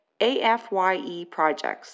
AFYEProjects